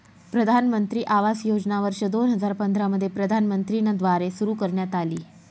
प्रधानमंत्री आवास योजना वर्ष दोन हजार पंधरा मध्ये प्रधानमंत्री न द्वारे सुरू करण्यात आली